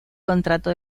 contrato